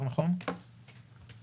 אנחנו נותנים פה